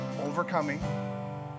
overcoming